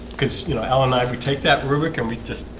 because you know illinois we take that rubric and we just